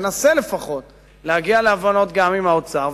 ננסה להגיע להבנות גם עם האוצר,